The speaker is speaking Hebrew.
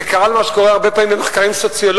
וקרה לנו מה שקורה הרבה פעמים במחקרים סוציולוגיים,